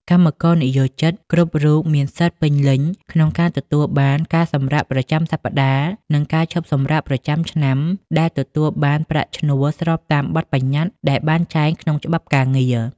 កម្មករនិយោជិតគ្រប់រូបមានសិទ្ធិពេញលេញក្នុងការទទួលបានការសម្រាកប្រចាំសប្តាហ៍ និងការឈប់សម្រាកប្រចាំឆ្នាំដែលទទួលបានប្រាក់ឈ្នួល ស្របតាមបទប្បញ្ញត្តិដែលបានចែងក្នុងច្បាប់ការងារ។